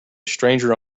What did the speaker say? stranger